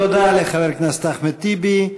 תודה לחבר הכנסת אחמד טיבי.